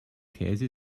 käse